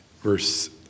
Verse